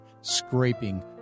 scraping